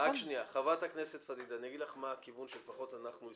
חברת הכנסת פדידה, אני אגיד לך מה הכיוון שמסתמן.